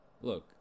look